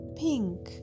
pink